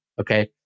Okay